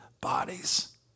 bodies